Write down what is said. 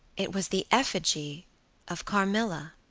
it was the effigy of carmilla!